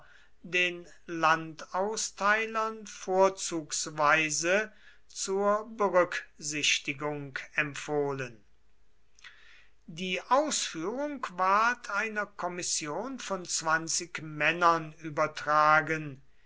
den landausteilern vorzugsweise zur berücksichtigung empfohlen die ausführung ward einer kommission von zwanzig männern übertragen